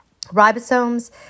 Ribosomes